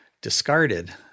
discarded